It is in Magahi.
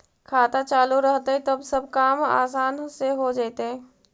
खाता चालु रहतैय तब सब काम आसान से हो जैतैय?